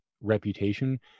reputation